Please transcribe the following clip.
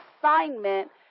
assignment